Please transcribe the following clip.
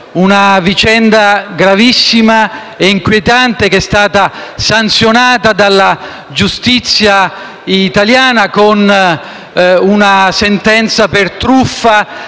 Una vicenda gravissima e inquietante che è stata sanzionata dalla giustizia italiana con una sentenza per truffa